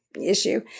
issue